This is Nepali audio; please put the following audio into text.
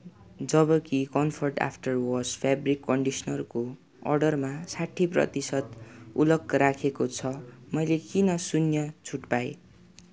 जबकि कम्फर्ट आफ्टर वास फेब्रिक कन्डिसनरको अर्डरमा साठी प्रतिशत अलग राखिएको छ मैले किन शून्य छुट पाएँ